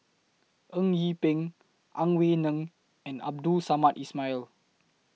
Eng Yee Peng Ang Wei Neng and Abdul Samad Ismail